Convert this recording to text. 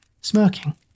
smirking